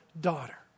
daughter